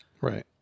Right